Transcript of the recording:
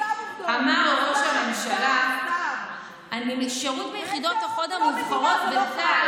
אמר ראש הממשלה: שירות ביחידות החוד המובחרות בצה"ל,